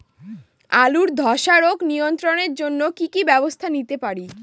আলুর ধ্বসা রোগ নিয়ন্ত্রণের জন্য কি কি ব্যবস্থা নিতে পারি?